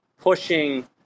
pushing